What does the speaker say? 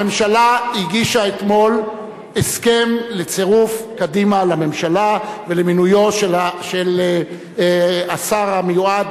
הממשלה הגישה אתמול הסכם לצירוף קדימה לממשלה ולמינויו של השר המיועד,